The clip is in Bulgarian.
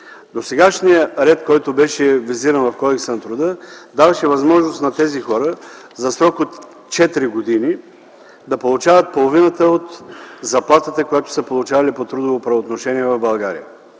досегашният ред, визиран в Кодекса на труда, даваше възможност на тези хора за срок от 4 години да получават половината от заплатата, която са получавали по трудово правоотношение в България,